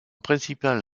principal